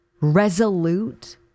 resolute